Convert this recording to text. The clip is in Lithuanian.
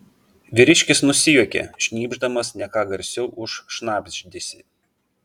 vyriškis nusijuokė šnypšdamas ne ką garsiau už šnabždesį